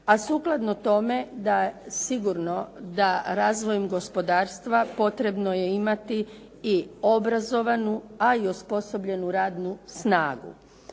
A sukladno tome da sigurno da razvojem gospodarstva potrebno je imati i obrazovanu, a i osposobljenu radnu snagu.